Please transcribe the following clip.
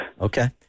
Okay